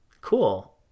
Cool